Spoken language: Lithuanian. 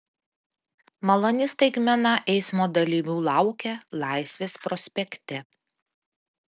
maloni staigmena eismo dalyvių laukia laisvės prospekte